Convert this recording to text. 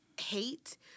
hate